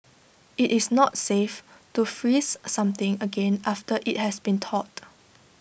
IT is not safe to freeze something again after IT has thawed